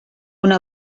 una